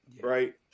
right